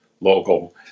local